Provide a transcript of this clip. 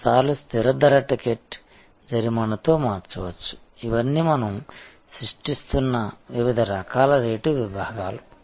కొన్నిసార్లు స్థిర ధర టికెట్ జరిమానా తో మార్చవచ్చు ఇవన్నీ మనం సృష్టిస్తున్న వివిధ రకాల రేటు విభాగాలు